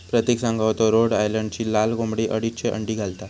प्रतिक सांगा होतो रोड आयलंडची लाल कोंबडी अडीचशे अंडी घालता